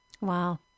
Wow